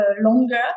longer